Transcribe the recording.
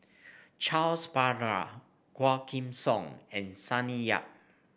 Charles Paglar Quah Kim Song and Sonny Yap